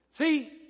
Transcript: See